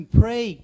pray